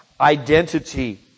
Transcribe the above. identity